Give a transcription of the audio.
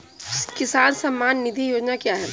किसान सम्मान निधि योजना क्या है?